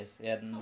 Yes